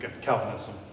Calvinism